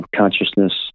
consciousness